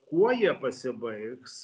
kuo jie pasibaigs